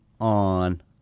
on